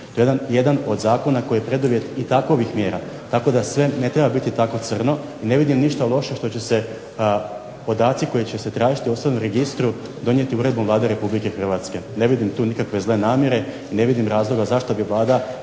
To je jedan od zakona koji je preduvjet i takovih mjera. Tako da sve ne treba biti tako crno i ne vidim ništa loše što će se podaci koji će se tražiti u osobnom registru donijeti Uredbom Vlade RH. Ne vidim tu nikakve zle namjere i ne vidim razloga zašto bi Vlada